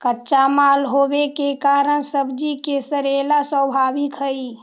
कच्चा माल होवे के कारण सब्जि के सड़ेला स्वाभाविक हइ